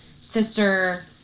sister